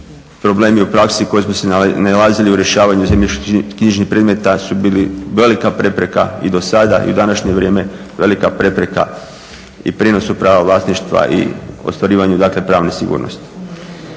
problemi u praksi na koje smo nailazili u rješavanju zemljišno-knjižnih predmeta su bili velika prepreka i do sada i u današnje vrijeme velika prepreka i prijenosu prava vlasništva i ostvarivanju dakle pravne sigurnosti.